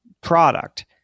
product